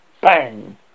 Bang